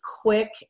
quick